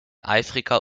eifriger